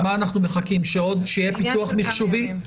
אנחנו מחכים שיהיה פיתוח מחשובי?